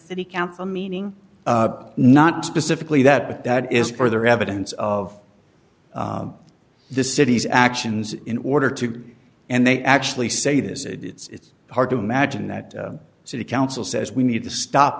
city council meaning not specifically that but that is further evidence of the city's actions in order to and they actually say this it it's hard to imagine that city council says we need to stop